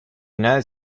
united